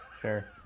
Sure